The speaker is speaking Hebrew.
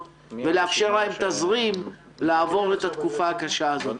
ולאפשר להם תזרים לעבור את התקופה הקשה הזאת.